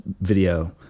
video